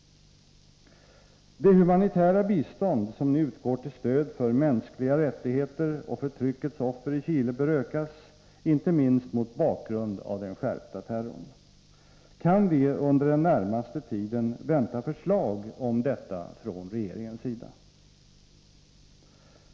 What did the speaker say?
Det humanitära bistånd som nu utgår till stöd för mänskliga rättigheter och förtryckets offer i Chile bör ökas, inte minst mot bakgrund av den skärpta terrorn. Kan vi under den närmaste tiden vänta förslag om detta från regeringens sida?